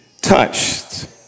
touched